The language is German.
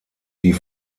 die